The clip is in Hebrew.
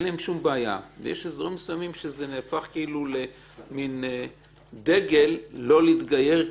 ויש אזורים מסוימים שזה הפך למין דגל לא להתגייר,